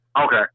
okay